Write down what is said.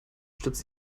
stürzt